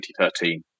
2013